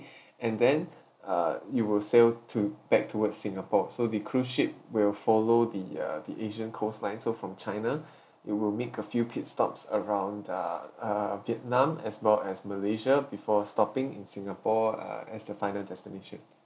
and then uh you will sail to back towards singapore so the cruise ship will follow the uh the asian coastline so from china it will make a few pit stops around the uh vietnam as well as malaysia before stopping in singapore uh as the final destination